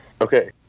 Okay